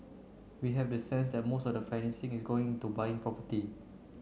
we have the sense that most of the financing is going into buying property